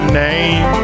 name